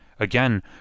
again